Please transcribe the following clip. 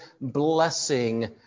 blessing